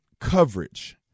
coverage